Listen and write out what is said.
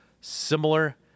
similar